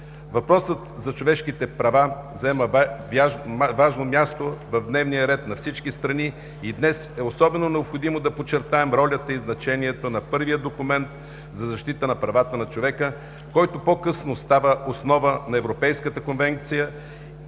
Въпросът за човешките права заема важно място в дневния ред на всички страни и днес е особено необходимо да подчертаем ролята и значението на първия документ за защита на правата на човека, който по-късно става основа на Европейската конвенция